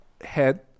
head